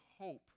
hope